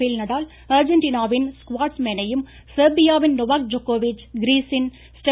பேல் நடால் அர்ஜெண்டினாவின் ஸ்குவாட்ஸ்மேனையும் செர்பியாவின் நொவாக் ஜோக்கோவிச் கிரீஸின் ஸ்டெ